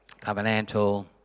covenantal